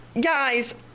guys